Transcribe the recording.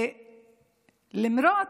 למרות